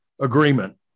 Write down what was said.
agreement